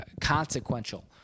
Consequential